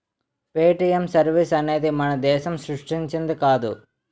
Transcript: Paytm service అనేది మన దేశం సృష్టించింది కాదు